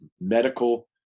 medical